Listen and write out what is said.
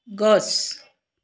গছ